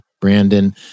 Brandon